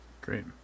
Great